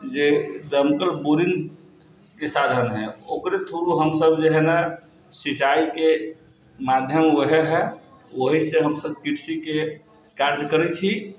जे दमकल बोरिंगके साधन है ओकरे थ्रू हमसब जे है ने सिञ्चाइके माध्यम वएहे है वहीँसँ हमसब कृषिके कार्य करै छी